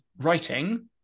writing